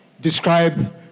describe